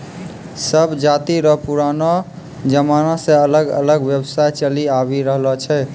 सब जाति रो पुरानो जमाना से अलग अलग व्यवसाय चलि आवि रहलो छै